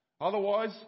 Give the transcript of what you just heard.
Otherwise